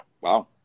Wow